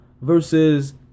Versus